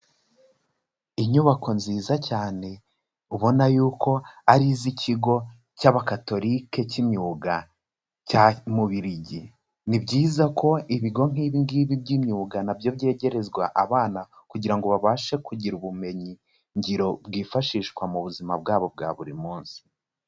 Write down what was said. Inyubako nziza cyane ubona yuko ari iz'ikigo cy'abakatorike k'imyuga cya Nubiligi, ni byiza ko ibigo nk'ibi ngibi by'imyuga na byo byegerezwa abana kugira ngo babashe kugira ubumenyi ngiro bwifashishwa mu buzima bwabo bwa buri munsi.